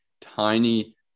tiny